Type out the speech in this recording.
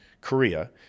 Korea